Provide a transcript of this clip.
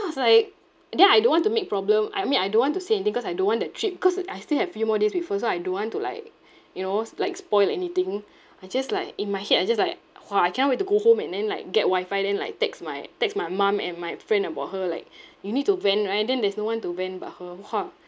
then I was like then I don't want to make problem I mean I don't want to say anything cause I don't want the trip cause I still have a few more days with her so I don't want to like you knows like spoil anything I just like in my head I just like !wah! I cannot wait to go home and then like get wifi then like text my text my mum and my friend about her like you need to vent right then there's no one to vent but her !wah!